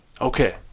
Okay